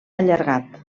allargat